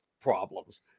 problems